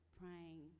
praying